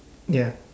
ya